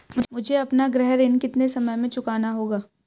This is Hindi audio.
मुझे अपना गृह ऋण कितने समय में चुकाना होगा?